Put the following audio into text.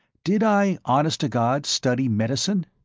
did i honest-to-god study medicine?